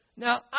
Now